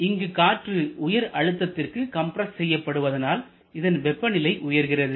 இங்கு காற்று உயர் அழுத்தத்திற்கு கம்பிரஸ் செய்யப்படுவதனால் இதன் வெப்பநிலை உயர்கிறது